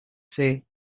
say